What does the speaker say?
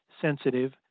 sensitive